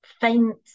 faint